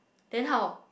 then how